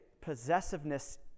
possessiveness